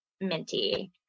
Minty